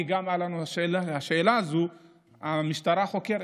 כי גם את השאלה הזאת המשטרה חוקרת.